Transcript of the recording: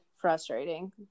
frustrating